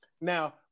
Now